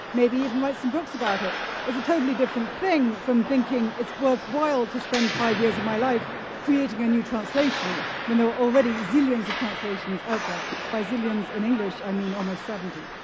maybe even write some books about it is a totally different thing from thinking it's worthwhile to spend five years of my life creating a new translation when there are already zillions of translations out there. by zillions in english, i mean almost seventy.